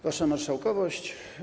Wasza Marszałkowość!